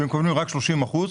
מקבלים רק 30 אחוזים.